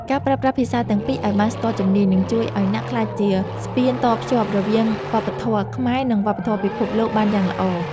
ការប្រើប្រាស់ភាសាទាំងពីរឱ្យបានស្ទាត់ជំនាញនឹងជួយឱ្យអ្នកក្លាយជាស្ពានតភ្ជាប់រវាងវប្បធម៌ខ្មែរ និងវប្បធម៌ពិភពលោកបានយ៉ាងល្អ។